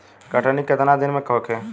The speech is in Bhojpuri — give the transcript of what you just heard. कटनी केतना दिन में होखे?